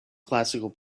classical